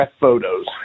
Photos